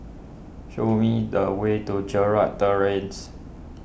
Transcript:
show me the way to Gerald Terrace